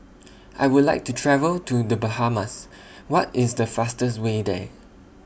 I Would like to travel to The Bahamas What IS The fastest Way There